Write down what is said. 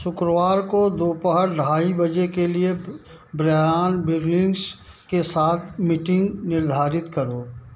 शुक्रवार को दोपहर ढाई बजे के लिए ब्रयान बिलिंग्स के साथ मीटिंग निर्धारित करो